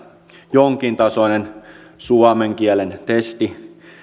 jonkintasoinen suomen kielen testi